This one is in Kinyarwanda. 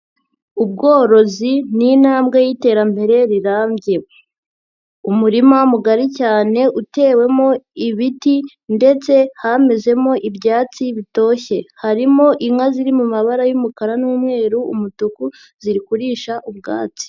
Ubworozi ni intambwe y'iterambere rirambye. Umurima mugari cyane utewemo ibiti ndetse hamezemo ibyatsi bitoshye. Harimo inka ziri mu mabara y'umukara n'umweru, umutuku ziri kurisha ubwatsi.